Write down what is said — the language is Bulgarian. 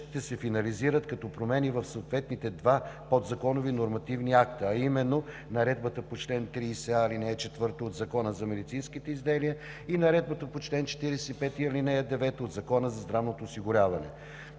се финализират като промени в съответните два подзаконови нормативни акта, а именно Наредбата по чл. 30а, ал. 4 от Закона за медицинските изделия и Наредбата по чл. 45, ал. 9 от Закона за здравното осигуряване.